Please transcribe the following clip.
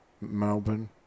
Melbourne